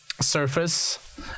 surface